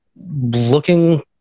looking